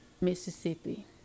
Mississippi